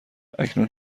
اکنون